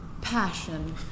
Passion